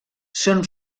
són